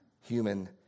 human